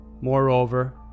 Moreover